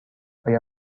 آیا